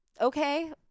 okay